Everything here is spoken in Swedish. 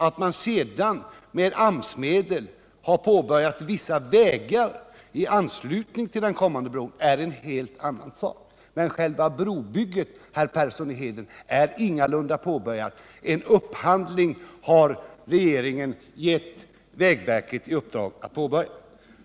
Att man sedan med hjälp av AMS-medel har påbörjat vissa vägar i anslutning till den kommande bron är en helt annan sak. Men själva brobygget, herr Persson, är ingalunda påbörjat. Regeringen har gett vägverket i uppdrag att påbörja en upphandling.